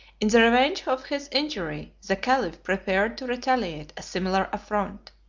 in the revenge of his injury, the caliph prepared to retaliate a similar affront.